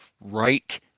right